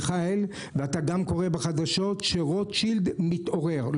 מיכאל ואתה קורא גם בחדשות שרוטשילד מתעורר.